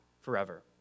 forever